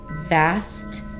vast